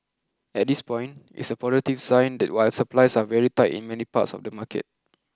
at this point it's a positive sign while supplies are very tight in many parts of the market